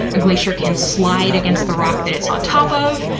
a glacier can slide against the rock that it's on top of,